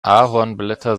ahornblätter